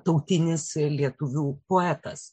tautinis lietuvių poetas